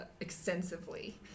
extensively